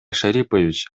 шарипович